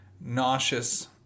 nauseous